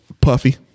Puffy